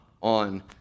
on